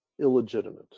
illegitimate